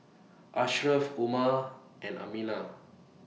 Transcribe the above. Ashraf Umar and Aminah